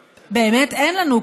שבאמת אין לנו,